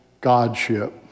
godship